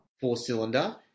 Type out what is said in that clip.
four-cylinder